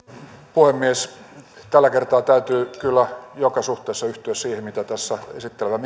puhemies tällä kertaa täytyy kyllä joka suhteessa yhtyä siihen mitä tässä esittelevä